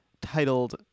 titled